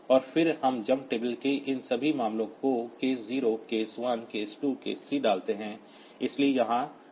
और फिर हम जंप टेबल में इन सभी मामलों को case 0 case one case two case three डालते हैं इसलिए यहां डाल दिए गए हैं